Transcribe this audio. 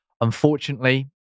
Unfortunately